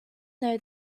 though